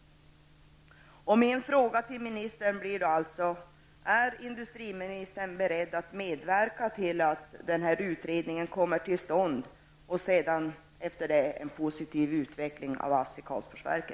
Min fråga till ministern blir alltså: Är industriministern beredd att medverka till att denna utredning kommer till stånd och att det sedan blir en positiv utveckling av ASSI